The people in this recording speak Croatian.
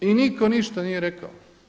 I nitko ništa nije rekao.